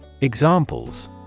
Examples